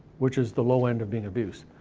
which is the low end of being obese?